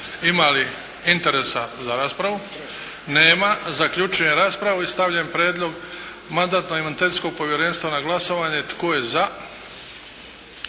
Ima li interesa za raspravu? Nema. Zaključujem raspravu i stavljam prijedlog Mandatno-imunitetskog povjerenstva na glasovanje. Tko je za?